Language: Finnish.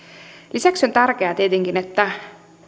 lisäksi on tärkeää tietenkin että